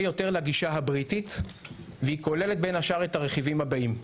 יותר לגישה הבריטית והיא כוללת בין השאר את הרכיבים הבאים: